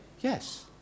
yes